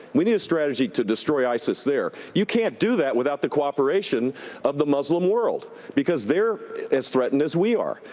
we need a strategy to destroy isis there. you can't do that without the cooperation of the muslim world because they're as threatened as we are.